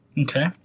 Okay